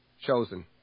chosen